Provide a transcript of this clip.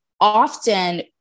often